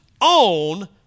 own